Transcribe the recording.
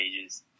pages